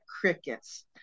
crickets